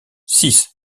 six